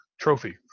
trophy